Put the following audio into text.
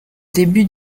début